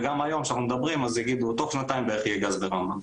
וגם היום כשאנחנו מדברים יגידו תוך שנתיים יהיה גז ברמב"ם.